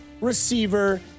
receiver